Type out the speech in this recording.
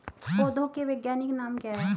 पौधों के वैज्ञानिक नाम क्या हैं?